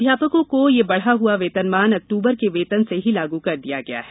अध्यापकों को यह बढ़ा हुआ वेतन अक्टूबर के वेतन से ही लागू कर दिया गया है